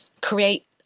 create